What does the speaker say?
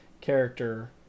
character